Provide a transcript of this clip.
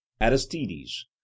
aristides